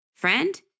friend